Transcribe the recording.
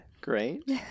Great